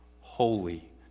holy